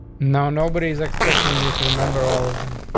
now, nobody is expecting you to remember all of them.